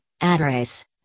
address